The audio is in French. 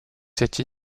cette